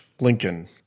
Lincoln